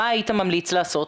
מה היית ממליץ לעשות,